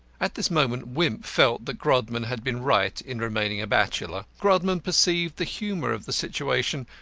at this moment wimp felt that grodman had been right in remaining a bachelor. grodman perceived the humour of the situation,